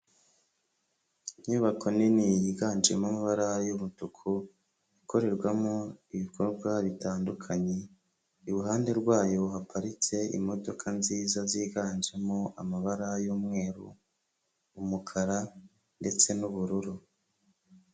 Inyubako nini yiganjemo amabara y'umutuku, ikorerwamo ibikorwa bitandukanye, iruhande rwayo haparitse imodoka nziza ziganjemo amabara y'umweru, umukara ndetse n'ubururu.